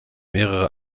mehrere